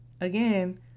again